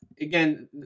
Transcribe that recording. again